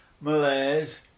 Malays